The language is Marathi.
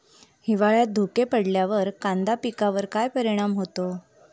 हिवाळ्यात धुके पडल्यावर कांदा पिकावर काय परिणाम होतो?